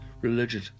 religion